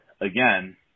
again